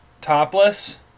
topless